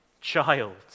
child